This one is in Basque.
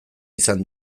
izan